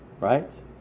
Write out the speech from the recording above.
Right